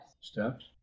Steps